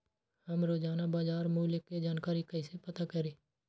हम रोजाना बाजार मूल्य के जानकारी कईसे पता करी?